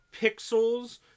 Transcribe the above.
pixels